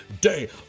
day